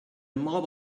mob